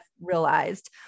realized